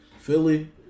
Philly